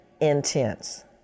intense